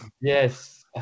Yes